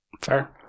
Fair